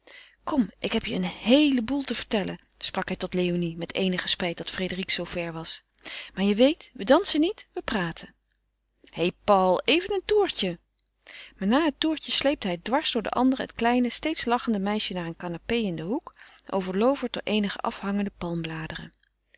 kom ik heb je een heelen boel te vertellen sprak hij tot léonie met eenigen spijt dat frédérique zoo ver was maar je weet we dansen niet we praten hé paul even een toertje maar na het toertje sleepte hij dwars door de anderen het kleine steeds lachende meisje naar een canapé in den hoek overlooverd door afhangende